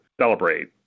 celebrate